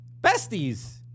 besties